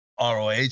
ROH